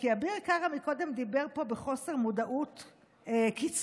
אביר קארה קודם דיבר פה בחוסר מודעות קיצוני,